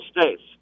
states